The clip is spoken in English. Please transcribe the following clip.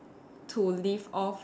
to live of